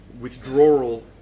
withdrawal